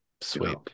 sweet